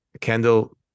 Kendall